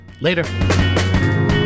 Later